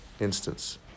instance